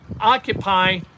occupy